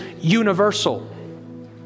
universal